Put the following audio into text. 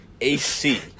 AC